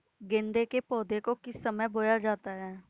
गेंदे के पौधे को किस समय बोया जाता है?